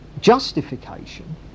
justification